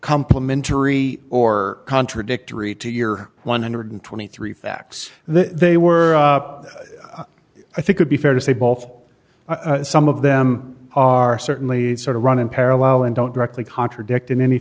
complimentary or contradictory to your one hundred and twenty three facts they were i think would be fair to say both some of them are certainly sort of run in parallel and don't directly contradict in any